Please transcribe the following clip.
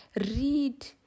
Read